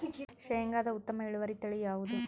ಶೇಂಗಾದ ಉತ್ತಮ ಇಳುವರಿ ತಳಿ ಯಾವುದು?